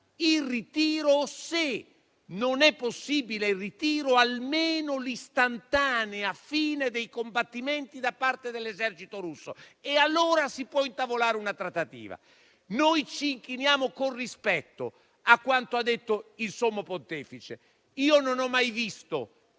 il ritiro. E se non è possibile il ritiro, almeno l'istantanea fine dei combattimenti da parte dell'esercito russo. Allora si potrà intavolare una trattativa. Noi ci inchiniamo con rispetto a quanto ha detto il sommo Pontefice. Io non ho mai visto